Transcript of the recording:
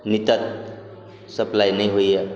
नेटक supply नहि होइए